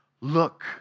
Look